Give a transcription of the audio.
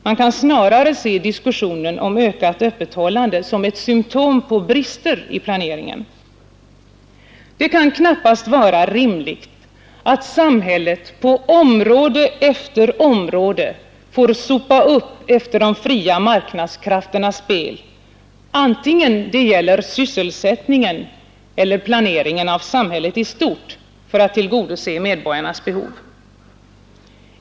Man kan snarare se diskussionen om ökat öppethållande som ett symtom på brister i planeringen. Det kan knappast vara rimligt att samhället på område efter område får sopa upp efter de fria marknadskrafternas spel, antingen det gälller sysselsättningen eller planeringen av samhället i stort för att tillgodose medborgarnas behov.